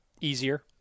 easier